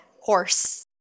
horse